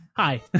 hi